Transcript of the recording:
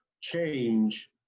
change